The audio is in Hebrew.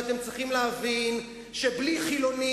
ואתם צריכים להבין שבלי חילונים,